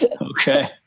Okay